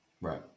Right